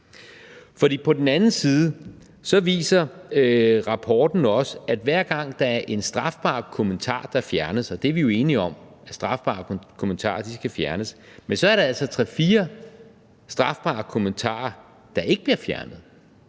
På den anden side viser rapporten også, at hver gang der er en strafbar kommentar, der fjernes – og det er vi jo enige om, nemlig at strafbare kommentarer skal fjernes – er der altså tre-fire strafbare kommentarer, der ikke bliver fjernet.